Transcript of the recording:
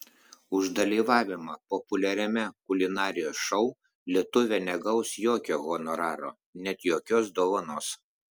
už dalyvavimą populiariame kulinarijos šou lietuvė negaus jokio honoraro net jokios dovanos